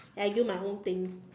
and do my own thing